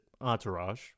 entourage